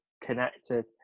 connected